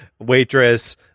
waitress